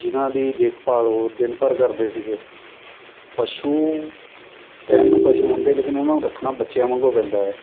ਜਿਨ੍ਹਾਂ ਦੀ ਦੇਖਭਾਲ ਉਹ ਦਿਨ ਭਰ ਕਰਦੇ ਸੀਗੇ ਪਸ਼ੂ ਕਹਿਣ ਨੂੰ ਪਸ਼ੂ ਹੁੰਦੇ ਲੇਕਿਨ ਉਹਨਾਂ ਨੂੰ ਰੱਖਣਾ ਬੱਚਿਆਂ ਵਾਂਗੂੰ ਪੈਂਦਾ ਹੈ